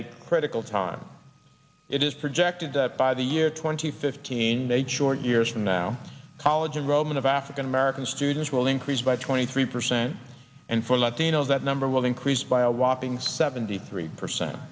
a critical time it is projected that by the year twenty fifteen they sure years from now college enrollment of african american students will increase by twenty three percent and for latinos that number will increase by a whopping seventy three percent